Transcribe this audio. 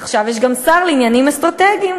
עכשיו, יש גם שר לעניינים אסטרטגיים.